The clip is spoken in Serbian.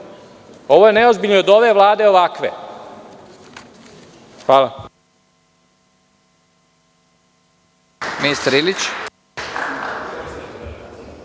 ovo je neozbiljno i od ove vlade ovakve. Hvala.